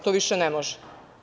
To više ne može.